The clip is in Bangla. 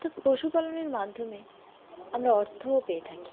অর্থাৎ পশুপালনের মাধ্যমে আমরা অর্থও পেয়ে থাকি